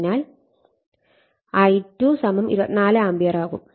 അതിനാൽ I2 24 ampere ആവും